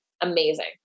Amazing